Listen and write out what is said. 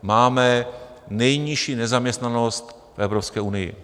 Máme nejnižší nezaměstnanost v Evropské unii.